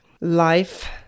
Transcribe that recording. life